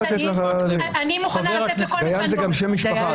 חה"כ מקלב --- אני מוכנה לתת לכל --- דיין זה גם שם משפחה,